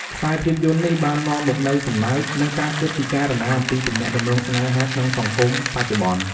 ខ្សែភាពយន្តនេះបាននាំមកនូវសំណើច និងការគិតពិចារណាអំពីទំនាក់ទំនងស្នេហាក្នុងសង្គមបច្ចុប្បន្ន។